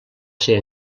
ser